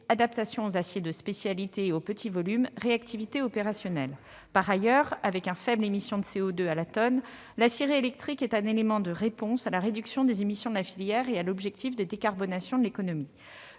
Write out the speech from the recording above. adaptation aux aciers de spécialité et aux petits volumes, réactivité opérationnelle ... Par ailleurs, avec une faible émission de CO2 à la tonne, l'aciérie électrique est un élément de réponse à la réduction des émissions de la filière et à l'objectif de décarbonation de l'économie.